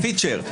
זה פיצ'ר.